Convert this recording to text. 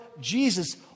Jesus